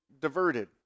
diverted